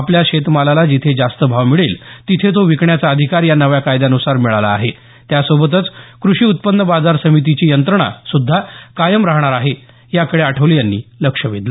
आपल्या शेतमालाला जिथे जास्त भाव मिळेल तिथे तो विकण्याचा अधिकार या नव्या कायद्यानुसार मिळाला आहे त्यासोबतच कृषी उत्पन्न बाजार समितीची यंत्रणा सुद्धा कायम राहणार आहेत याकडे आठवले यांनी लक्ष वेधलं